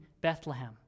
Bethlehem